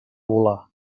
volar